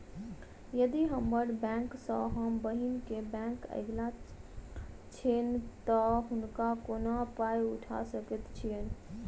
यदि हम्मर बैंक सँ हम बहिन केँ बैंक अगिला छैन तऽ हुनका कोना पाई पठा सकैत छीयैन?